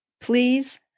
please